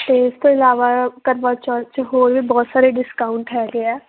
ਅਤੇ ਇਸ ਤੋਂ ਇਲਾਵਾ ਕਰਵਾਚੌਥ 'ਚ ਹੋਰ ਵੀ ਬਹੁਤ ਸਾਰੇ ਡਿਸਕਾਊਂਟ ਹੈਗੇ ਆ